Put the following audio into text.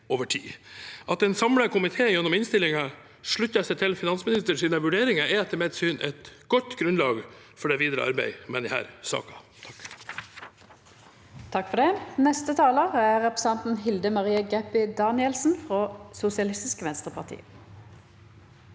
At en samlet komité gjennom innstillingen slutter seg til finansministerens vurderinger, er etter mitt syn et godt grunnlag for det videre arbeidet med disse sakene.